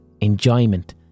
enjoyment